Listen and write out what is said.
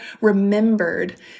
remembered